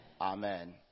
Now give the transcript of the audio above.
Amen